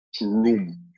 room